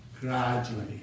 Gradually